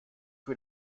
für